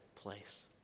place